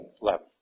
left